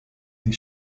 die